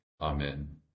amen